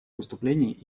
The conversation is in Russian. выступление